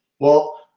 well,